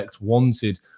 wanted